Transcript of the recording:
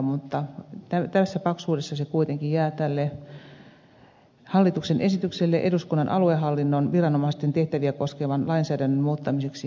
tässä paksuudessaan se kuitenkin jää varsin kevyeksi opukseksi verrattuna hallituksen esitykseen eduskunnan aluehallinnon viranomaisten tehtäviä koskevan lainsäädännön muuttamiseksi